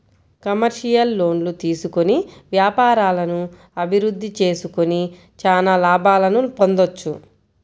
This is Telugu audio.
కమర్షియల్ లోన్లు తీసుకొని వ్యాపారాలను అభిరుద్ధి చేసుకొని చానా లాభాలను పొందొచ్చు